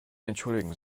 entschuldigen